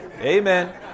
amen